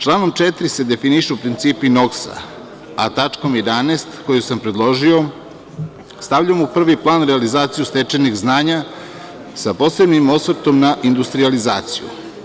Članom 4. se definišu principi NOKS, a tačkom 11. koju sam predložio stavljamo u prvi plan realizaciju stečajnih znanja, sa posebnim osvrtom na industrijalizaciju.